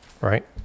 right